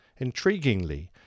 Intriguingly